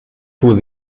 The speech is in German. fuhr